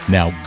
Now